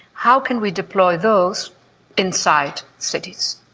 how can we deploy those inside cities?